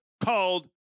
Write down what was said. called